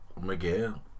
Miguel